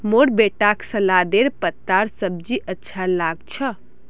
मोर बेटाक सलादेर पत्तार सब्जी अच्छा लाग छ